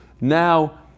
Now